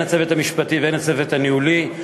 הן הצוות המשפטי והן הצוות הניהולי.